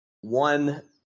one